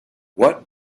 what